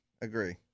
Agree